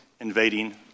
invading